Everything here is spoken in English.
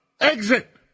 exit